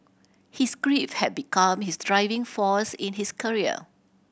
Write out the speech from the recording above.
his grief have become his driving force in his career